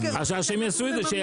זה מה שקורה --- אז שהם יעשו את זה,